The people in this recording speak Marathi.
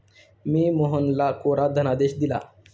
मी मोहनला कोरा धनादेश दिला